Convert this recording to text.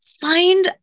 find